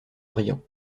brillant